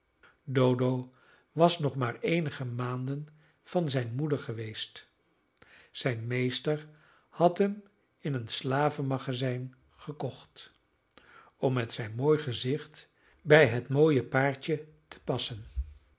dodo was nog maar eenige maanden van zijne moeder geweest zijn meester had hem in een slavenmagazijn gekocht om met zijn mooi gezicht bij het mooie paardje te passen